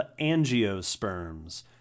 angiosperms